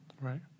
Right